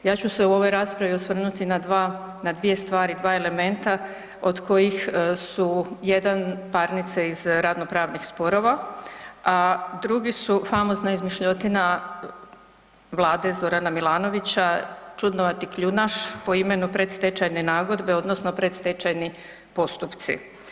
Ja ću se u ovoj raspravi osvrnuti na dva, na dvije stvari, dva elementa od kojih su jedan parnice iz radno-pravnih sporova, a drugi su famozna izmišljotina vlade Zorana Milanovića čudnovati kljunaš po imenu predstečajne nagodbe odnosno predstečajni postupci.